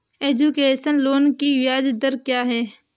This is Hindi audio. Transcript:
एजुकेशन लोन की ब्याज दर क्या है?